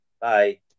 bye